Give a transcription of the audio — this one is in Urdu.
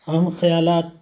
اہم خیالات